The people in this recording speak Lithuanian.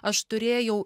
aš turėjau